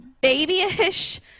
babyish